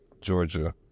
Georgia